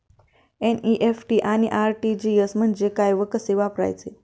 NEFT आणि RTGS म्हणजे काय व कसे वापरायचे?